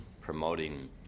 promoting